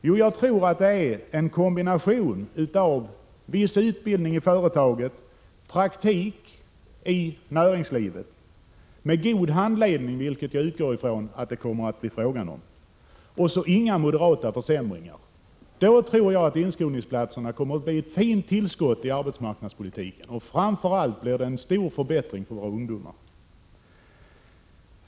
Jo, jag tror att med en kombination av viss utbildning i företaget, praktik i näringslivet med god handledning — vilket jag utgår från att det kommer att bli — och inga moderata försämringar kommer inskolningsplatserna att bli ett fint tillskott i arbetsmarknadspolitiken. Framför allt blir det en stor förbättring för våra ungdomar.